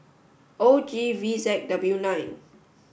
O G V Z W nine